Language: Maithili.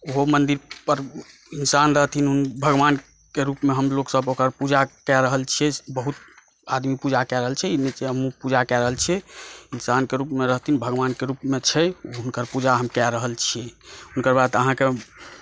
ओहो मन्दिर पर इन्सान रहथिन भगवानके रूपमे हम लोक सभ हुनकर पूजा कए रहल छी बहुत आदमी पूजा कए रहल छै हमहुँ पूजा कए रहल छियै इन्सानके रूपमे रहथिन भगवानकेँ रूपमे छै हुनकर पूजा हम कए रहल छी ओकर बाद अहाँकेँ